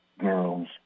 girls